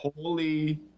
Holy